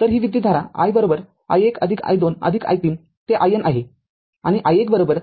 तरही विद्युतधारा i i१ i२ i३ ते iN आहे आणि i1